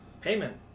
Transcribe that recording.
Payment